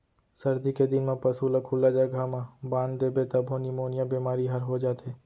सरदी के दिन म पसू ल खुल्ला जघा म बांध देबे तभो निमोनिया बेमारी हर हो जाथे